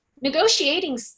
Negotiating